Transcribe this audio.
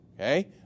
okay